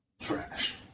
trash